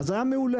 היה מעולה,